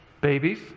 babies